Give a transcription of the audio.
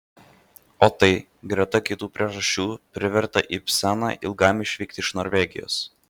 o tai greta kitų priežasčių privertė ibseną ilgam išvykti iš norvegijos